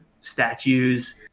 statues